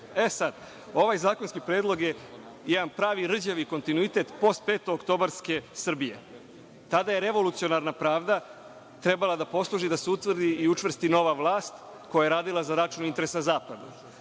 e, sad, ovaj zakonski predlog je jedan pravi rđavi kontinuitet postpetooktobarske Srbije. Tada je revolucionarna pravda trebalo da posluži da se utvrdi i učvrsti nova vlast, koja je radila za račun i interese zapada.